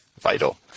vital